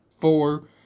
four